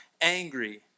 angry